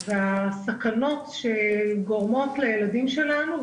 והסכנות שאורבות לילדים שלנו,